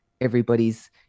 everybody's